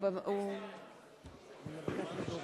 שאני לא רוצה עוד פעם